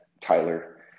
Tyler